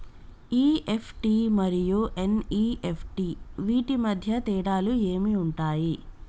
EFT మరియు NEFT వీటి మధ్య తేడాలు ఏమి ఉంటాయి?